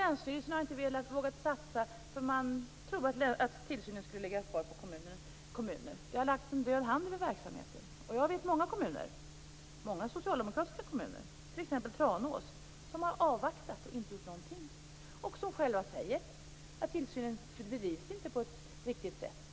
Länsstyrelsen har inte vågat satsa eftersom man trott att tillsynen skulle ligga kvar på kommunerna. Det har lagts en död hand över verksamheten. Jag vet många socialdemokratiska kommuner, exempelvis Tranås, som har avvaktat och inte gjort någonting. De säger själva att tillsynen inte bedrivs på ett riktigt sätt.